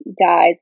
guys